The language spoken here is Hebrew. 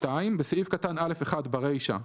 בסעיף קטן (א1), ברישה,